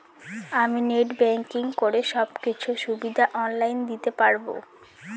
আমি net banking করে সব কিছু সুবিধা অন লাইন দিতে পারবো?